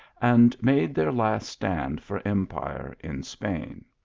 and made their last stand for empire in spain.